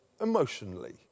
emotionally